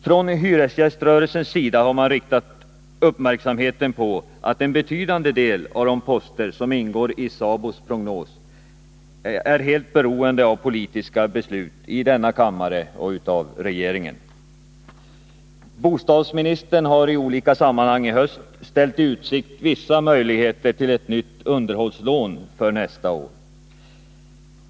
Från hyresgäströrelsens sida har man riktat uppmärksamheten på att en betydande del av de poster som ingår i SABO:s prognos är helt beroende av politiska beslut i denna kammare och beslut i regeringen. Bostadsministern har i höst i olika sammanhang ställt i utsikt vissa möjligheter till ett nytt underhållslån för år 1981.